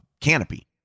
canopy